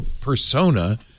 persona